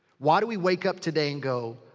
why do we wake up today and go,